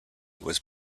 was